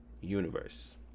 universe